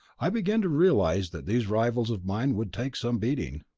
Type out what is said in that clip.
i began to realize that these rivals of mine would take some beating.